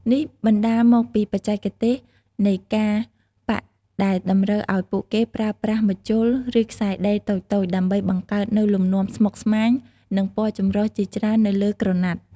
នេះបណ្ដាលមកពីបច្ចេកទេសនៃការប៉ាក់ដែលតម្រូវឱ្យពួកគេប្រើប្រាស់ ម្ជុល និងខ្សែដេរតូចៗ ដើម្បីបង្កើតនូវលំនាំស្មុគស្មាញ និងពណ៌ចម្រុះជាច្រើននៅលើក្រណាត់។